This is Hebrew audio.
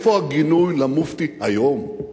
איפה הגינוי למופתי היום?